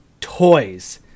toys